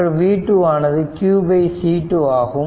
மற்றும் v2 ஆனது qC2 ஆகும்